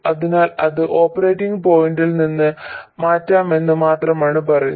അതിനാൽ അത് ഓപ്പറേറ്റിംഗ് പോയിന്റിൽ നിന്ന് മാറ്റാമെന്ന് മാത്രമാണ് പറയുന്നത്